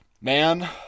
Man